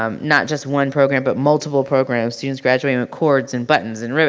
um not just one program but multiple programs, students graduating with cords and buttons and ribbon.